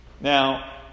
now